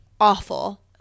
awful